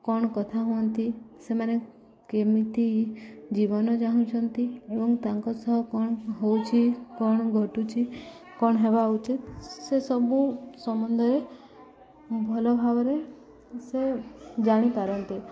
କ'ଣ କଥା ହୁଅନ୍ତି ସେମାନେ କେମିତି ଜୀବନ ଚାହୁଁଛନ୍ତି ଏବଂ ତାଙ୍କ ସହ କ'ଣ ହେଉଛି କ'ଣ ଘଟୁଛି କ'ଣ ହେବା ଉଚିତ୍ ସେ ସବୁ ସମ୍ବନ୍ଧରେ ଭଲ ଭାବରେ ସେ ଜାଣିପାରନ୍ତି